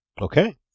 Okay